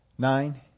Nine